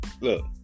Look